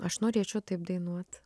aš norėčiau taip dainuot